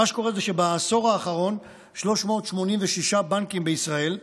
מה שקורה זה שבעשור האחרון 386 סניפי בנקים בישראל נסגרו,